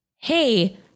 hey